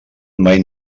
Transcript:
mai